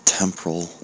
temporal